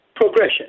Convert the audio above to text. progression